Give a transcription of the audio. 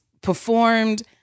performed